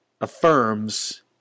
affirms